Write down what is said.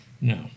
No